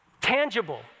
tangible